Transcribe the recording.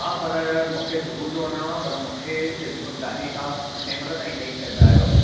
हा पर मूंखे सुबुह जो वञिणो आहे पर मूंखे गाॾी तव्हां कंहिं महिल ताईं ॾेई सघंदायो